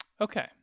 Okay